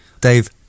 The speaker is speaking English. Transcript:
Dave